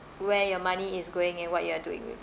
where your money is going and what you are doing with it